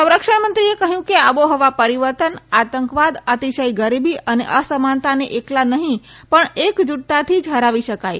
સંરક્ષણમંત્રીએ કહ્યું કે આબોહવા પરિવર્તન આતંકવાદ અતિશય ગરીબી અને અસમાનતાને એકલા નહીં પણ એકજૂટતાથી જ હરાવી શકાય